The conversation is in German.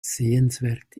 sehenswert